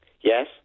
Yes